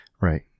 right